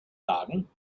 sagen